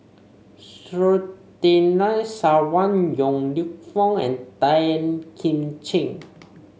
Surtinai Sawan Yong Lew Foong and Tan Kim Ching